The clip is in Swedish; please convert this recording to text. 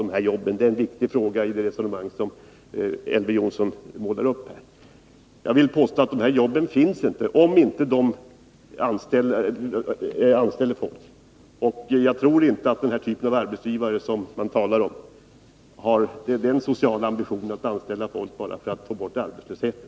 Det är en viktig fråga i det resonemang som Elver Jonsson här för. Jag vill påstå att i och med att man inte anställer folk finns inte dessa jobb. Jag tror inte heller att det slag av arbetsgivare som man talar om har den sociala ambitionen att anställa folk bara för att nedbringa arbetslösheten.